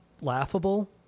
laughable